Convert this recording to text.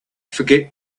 forget